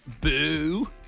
Boo